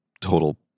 total